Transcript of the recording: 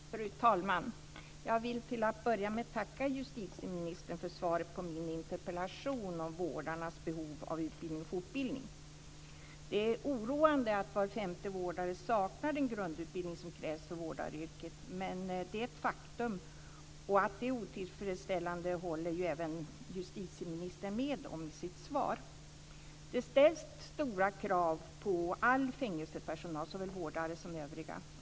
Fru talman! Jag vill till att börja med tacka justitieministern för svaret på min interpellation om vårdarnas behov av utbildning och fortbildning. Det är oroande att var femte vårdare saknar den grundutbildning som krävs för vårdaryrket, men det är ett faktum. Och att det är otillfredsställande håller ju även justitieministern med om i sitt svar. Det ställs stora krav på all fängelsepersonal, såväl vårdare som övriga.